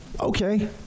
Okay